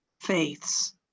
faiths